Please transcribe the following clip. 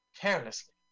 carelessly